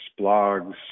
blogs